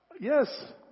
Yes